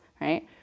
right